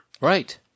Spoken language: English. Right